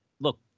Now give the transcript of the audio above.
Look